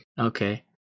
Okay